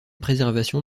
préservation